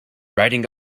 riding